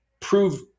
prove